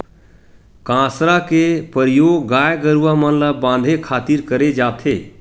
कांसरा के परियोग गाय गरूवा मन ल बांधे खातिर करे जाथे